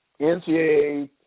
NCAA